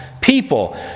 people